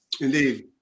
Indeed